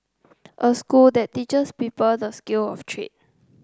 a school that teaches people the skill of trade